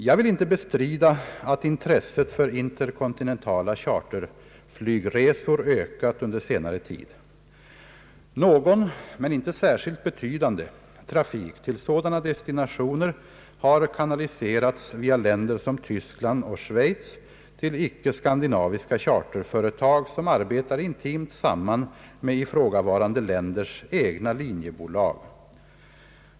Jag vill inte bestrida att intresset för interkontinentala charterflygresor ökat under senare tid. Någon — men inte särskilt betydande — trafik till sådana destinationer har kanaliserats via länder som Tyskland och Schweiz till icke skandinaviska charterföretag som arbetar intimt samman med ifrågavarande länders egna linjebolag.